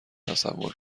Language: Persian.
تصور